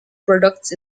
products